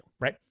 right